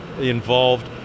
involved